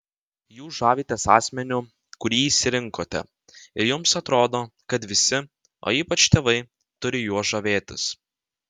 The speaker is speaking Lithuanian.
jūs žavitės asmeniu kurį išsirinkote ir jums atrodo kad visi o ypač tėvai turi juo žavėtis